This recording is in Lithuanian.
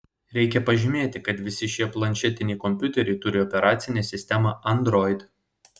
reikia pažymėti kad visi šie planšetiniai kompiuteriai turi operacinę sistemą android